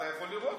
אתה יכול לראות.